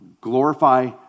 glorify